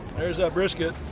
there's that brisket!